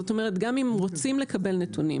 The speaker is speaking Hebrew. זאת אומרת, גם אם רוצים לקבל נתונים